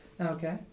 Okay